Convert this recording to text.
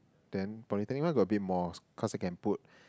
then polytechnic one got a bit more cause I can put